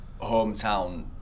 hometown